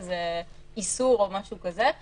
שזו אחריות חדשה ולא מוכרת קודם לכן,